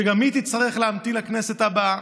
שגם היא תצטרך להמתין לכנסת הבאה,